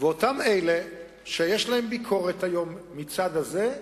אותם אלה שיש להם ביקורת היום מהצד הזה,